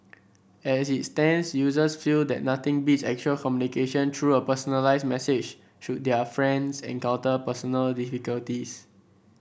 as it stands users feel that nothing beats actual communication through a personalised message should their friends encounter personal difficulties